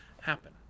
happen